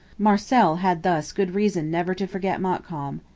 marcel had thus good reason never to forget montcalm.